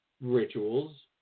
rituals